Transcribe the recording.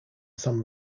some